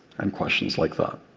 and questions like that.